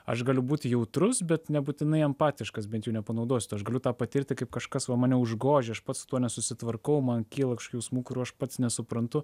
aš galiu būti jautrus bet nebūtinai empatiškas bent jau nepanaudosiu to aš galiu tą patirti kaip kažkas va mane užgožia aš pats su tuo nesusitvarkau man kyla jausmų kurių aš pats nesuprantu